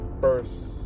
first